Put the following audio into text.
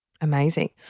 Amazing